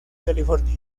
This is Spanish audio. california